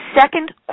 second